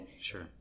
Sure